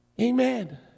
Amen